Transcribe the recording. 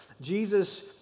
Jesus